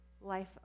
life